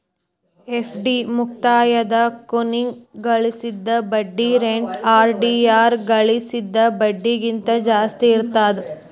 FD ಮುಕ್ತಾಯದ ಕೊನಿಗ್ ಗಳಿಸಿದ್ ಬಡ್ಡಿ ರೇಟ ಆರ್.ಡಿ ಯಾಗ ಗಳಿಸಿದ್ ಬಡ್ಡಿಗಿಂತ ಜಾಸ್ತಿ ಇರ್ತದಾ